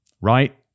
Right